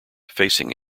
facing